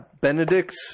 Benedict